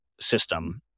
system